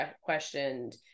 questioned